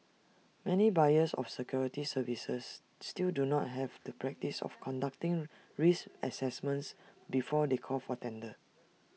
many buyers of security services still do not have the practice of conducting risk assessments before they call for tender